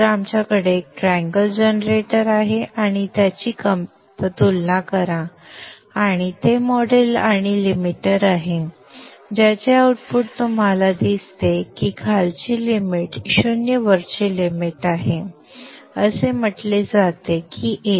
तर आमच्याकडे एक ट्रँगल जनरेटर आहे आणि त्याची तुलना करा आणि ते मॉडेल आणि लिमिटर आहे ज्याचे आउटपुट तुम्हाला दिसते की खालची लिमिट 0 वरची लिमिट आहे असे म्हटले जाते की 1